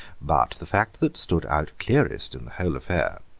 but the fact that stood out clearest in the whole affair,